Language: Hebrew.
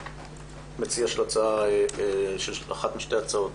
כמציע של אחת משתי ההצעות,